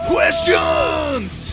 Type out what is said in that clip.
Questions